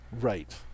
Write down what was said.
Right